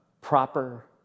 proper